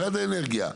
משרד האנרגיה.